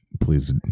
please